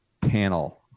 panel